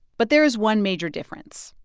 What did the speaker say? but there is one major difference.